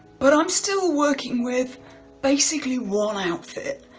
but i'm still working with basically one outfit.